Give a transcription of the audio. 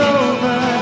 over